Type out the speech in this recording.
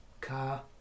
car